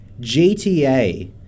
GTA